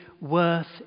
worth